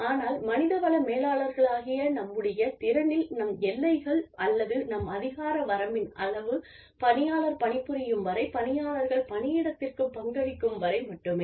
ஆனால் மனிதவள மேலாளர்களாகிய நம்முடைய திறனில் நம் எல்லைகள் அல்லது நம் அதிகார வரம்பின் அளவு பணியாளர் பணிபுரியும் வரை பணியாளர்கள் பணியிடத்திற்குப் பங்களிக்கும் வரை மட்டுமே